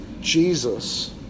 Jesus